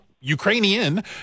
Ukrainian